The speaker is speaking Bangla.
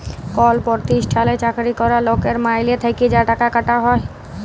কল পরতিষ্ঠালে চাকরি ক্যরা লকের মাইলে থ্যাকে যা টাকা কাটা হ্যয়